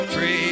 Free